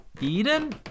Eden